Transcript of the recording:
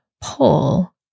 pull